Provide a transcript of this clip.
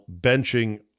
benching